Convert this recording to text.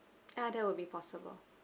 ah that will be possible